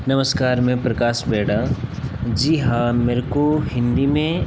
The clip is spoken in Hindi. नमस्कार मैं प्रकाश बेड़ा जी हाँ मेरे को हिन्दी में